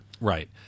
right